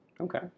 Okay